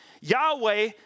Yahweh